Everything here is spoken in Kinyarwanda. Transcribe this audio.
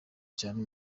cyane